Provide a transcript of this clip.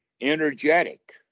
energetic